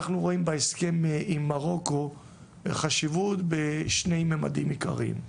אנחנו רואים בהסכם עם מרוקו חשיבות בשלושה ממדים עיקריים,